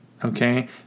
Okay